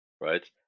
right